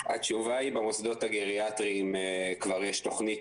התשובה היא במוסדות הגריאטריים כבר יש תכנית,